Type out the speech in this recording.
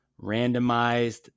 randomized